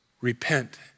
Repent